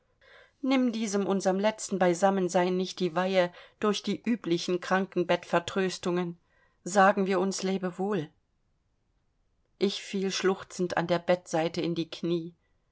nimm diesem unseren letzten beisammensein nicht die weihe durch die üblichen krankenbettvertröstungen sagen wir uns lebewohl ich fiel schluchzend an der bettseite in die knie